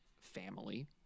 family